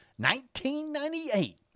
1998